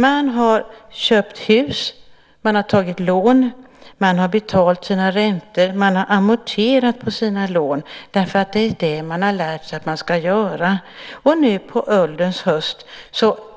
Man har köpt hus, man har tagit lån, man har betalat sina räntor och amorterat på sina lån därför att man har lärt sig att det är det man ska göra. Nu på ålderns höst